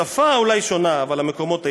השפה אולי שונה, אבל המקומות אינם.